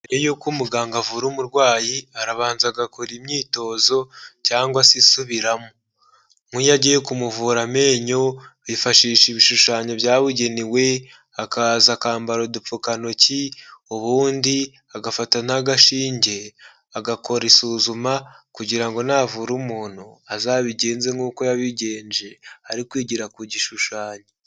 Mbere yuko umuganga avura umurwayi arabanza agakora imyitozo cyangwa se isubiramo, nk'iyo agiye kumuvura amenyo yifashisha ibishushanyo byabugenewe, akaza akambara udupfukantoki, ubundi agafata n'agashinge agakora isuzuma, kugira ngo navura umuntu azabigenze nk'uko yabigenje ari kwigira ku gishushanyo.